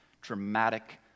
dramatic